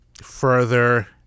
further